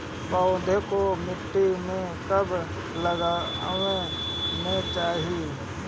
पौधे को मिट्टी में कब लगावे के चाही?